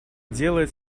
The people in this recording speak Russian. делает